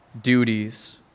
duties